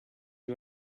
you